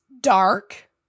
dark